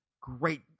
Great